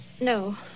No